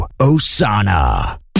Osana